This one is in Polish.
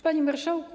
Panie Marszałku!